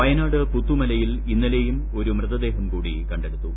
വയനാട് പുത്തുമലയിൽ ഇന്നലെയും ആ ൃതദേഹം കൂടി കണ്ടെടുത്തു